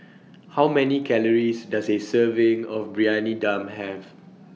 How Many Calories Does A Serving of Briyani Dum Have